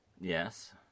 Yes